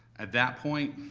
at that point,